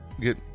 Get